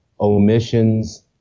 omissions